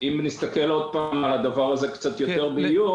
נסתכל על הדבר הזה קצת יותר בעיון